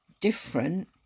different